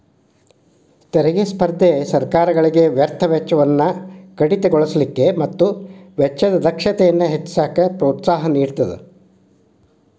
ತೆರಿಗೆ ಸ್ಪರ್ಧೆ ಸರ್ಕಾರಗಳಿಗೆ ವ್ಯರ್ಥ ವೆಚ್ಚವನ್ನ ಕಡಿತಗೊಳಿಸಕ ಮತ್ತ ವೆಚ್ಚದ ದಕ್ಷತೆಯನ್ನ ಹೆಚ್ಚಿಸಕ ಪ್ರೋತ್ಸಾಹ ನೇಡತದ